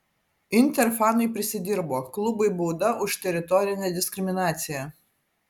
inter fanai prisidirbo klubui bauda už teritorinę diskriminaciją